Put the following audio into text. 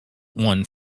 one